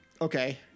Okay